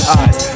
eyes